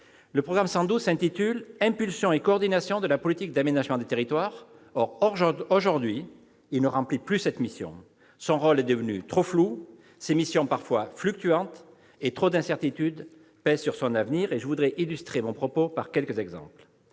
Le programme 112 s'intitule « Impulsion et coordination de la politique d'aménagement des territoires ». Or, aujourd'hui, il ne remplit plus cette mission. Son rôle est devenu trop flou, ses missions parfois fluctuantes, et trop d'incertitudes pèsent sur son avenir. Je voudrais illustrer mon propos par quelques exemples.